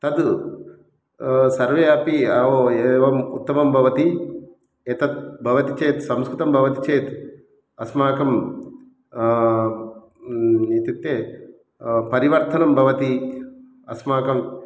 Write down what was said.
तद् सर्वे अपि अव् एवम् उत्तमं भवति एतत् भवति चेत् संस्कृतं भवति चेत् अस्माकं न् इत्युक्ते परिवर्तनं भवति अस्माकम्